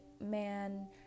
man